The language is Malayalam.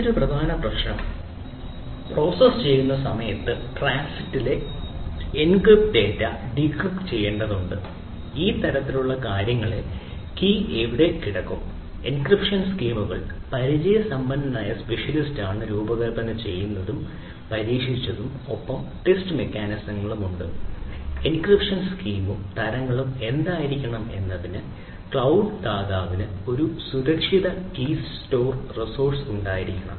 മറ്റൊരു പ്രധാന പ്രശ്നം പ്രോസസ്സ് ഉണ്ടായിരിക്കണം